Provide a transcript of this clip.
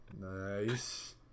Nice